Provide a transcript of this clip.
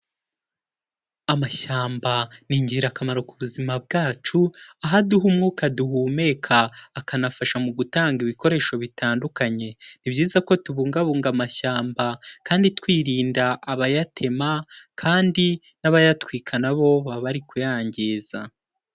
Amashyamba ni ingirakamaro ku buzima bwacu aho aduha umwuka duhumeka, akanafasha mu gutanga ibikoresho bitandukanye, ni byiza ko tubungabunga amashyamba kandi twirinda abayatema kandi n'abayatwika na bo baba bari kuyangiza.